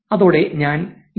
അതോടെ ഞാൻ 7